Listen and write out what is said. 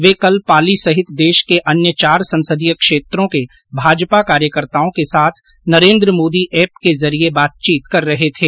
वे कल पाली सहित देश के अन्य चार संसदीय क्षेत्रों के भाजपा कार्यकर्ताओं के साथ नरेन्द्र मोदी ऐप के जरिए बातचीत कर रहे थे